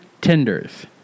tenders